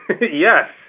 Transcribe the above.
yes